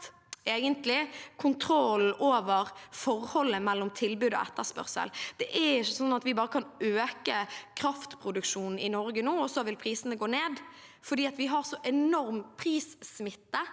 har mistet kontroll over forholdet mellom tilbud og etterspørsel. Det er ikke sånn at vi bare kan øke kraftproduksjonen i Norge nå og så vil prisene gå ned. Vi har så enorm prissmitte